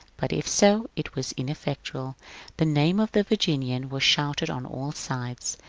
but if so it was ineffectual the name of the virginian was shouted on all sides.